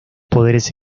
poderes